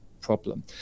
problem